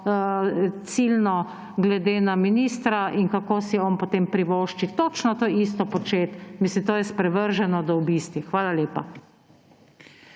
ciljno glede na ministra in kako si on potem privošči točno to isto početi. Mislim, to je sprevrženo do obisti. Hvala lepa.